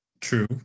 True